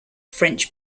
french